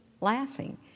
laughing